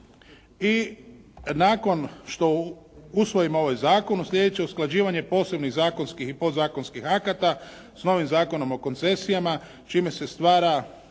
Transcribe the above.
i nakon što usvojimo ovaj zakon sljedeće usklađivanje posebnih zakonskih i podzakonskih akata s novim Zakonom o koncesijama čime se stvara